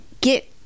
get